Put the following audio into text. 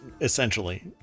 essentially